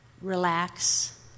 Relax